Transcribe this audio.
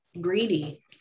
greedy